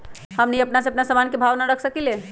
हमनी अपना से अपना सामन के भाव न रख सकींले?